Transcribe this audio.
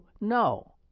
no